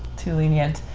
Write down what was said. too lenient.